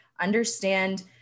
understand